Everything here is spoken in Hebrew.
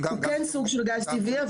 הוא כן סוג של גז טבעי.